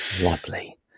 Lovely